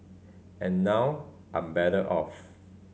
and now I'm better off